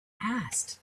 asked